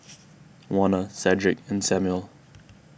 Warner Cedrick and Samuel